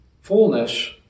Fullness